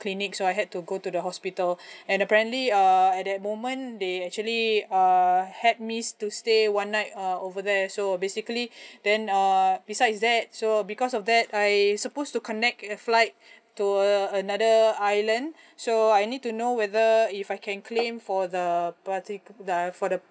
clinic so I had to go to the hospital and apparently uh at that moment they actually uh had me to stay one night err over there so basically then err besides that so because of that I suppose to connect a flight to uh another island so I need to know whether if I can claim for the parti~ the for the